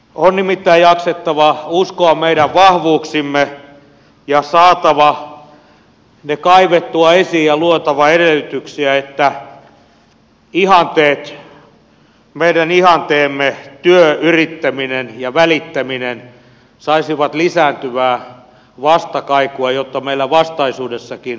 on nimittäin jaksettava uskoa meidän vahvuuksiimme ja saatava ne kaivettua esiin ja luotava edellytyksiä että meidän ihanteemme työ yrittäminen ja välittäminen saisivat lisääntyvää vastakaikua jotta meillä vastaisuudessakin olisi oikeudenmukainen hyvinvointiyhteiskunta